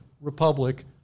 republic